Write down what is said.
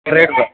േോ